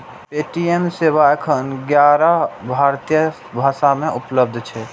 Paytm सेवा एखन ग्यारह भारतीय भाषा मे उपलब्ध छै